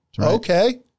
Okay